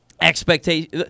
Expectation